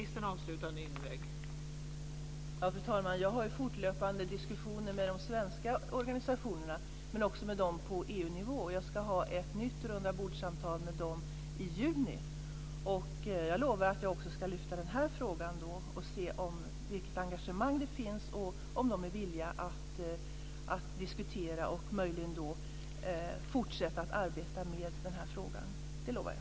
Fru talman! Jag har fortlöpande diskussioner med de svenska organisationerna men också med de organisationer som finns på EU-nivå. Jag ska ha ett nytt rundabordssamtal med dem i juni. Jag lovar att jag ska lyfta fram även denna fråga då för att se vilket engagemang det finns och om de är villiga att diskutera och möjligen fortsätta att arbeta med denna fråga. Det lovar jag.